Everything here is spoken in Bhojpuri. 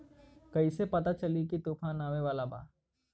कइसे पता चली की तूफान आवा वाला बा?